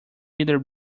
either